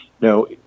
No